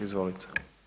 Izvolite.